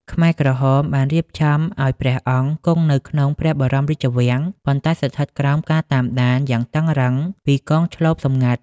ខ្មែរក្រហមបានរៀបចំឱ្យព្រះអង្គគង់នៅក្នុងព្រះបរមរាជវាំង ប៉ុន្តែស្ថិតក្រោមការតាមដានយ៉ាងតឹងរ៉ឹងពីកងឈ្លបសម្ងាត់។